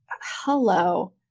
hello